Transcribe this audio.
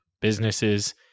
businesses